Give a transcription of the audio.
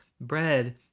Bread